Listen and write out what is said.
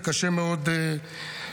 וקשה מאוד לעקוב.